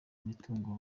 mitungo